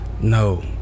No